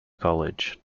college